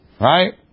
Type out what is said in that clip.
Right